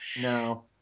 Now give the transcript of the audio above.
No